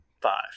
Five